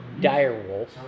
direwolf